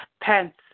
Pants